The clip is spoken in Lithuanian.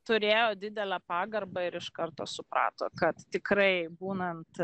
turėjo didelę pagarbą ir iš karto suprato kad tikrai būnant